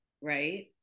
right